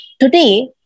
today